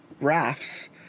rafts